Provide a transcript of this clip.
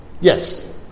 yes